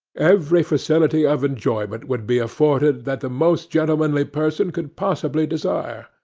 every facility of enjoyment would be afforded that the most gentlemanly person could possibly desire.